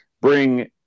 bring